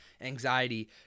anxiety